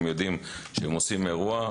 הם יודעים שהם עושים אירוע,